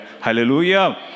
Hallelujah